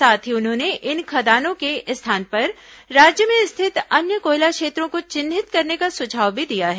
साथ ही उन्होंने इन खदानों के स्थान पर राज्य में स्थित अन्य कोयला क्षेत्रों को चिन्हित करने का सुझाव भी दिया है